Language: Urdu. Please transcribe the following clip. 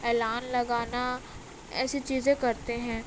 اعلان لگانا ایسی چیزیں کرتے ہیں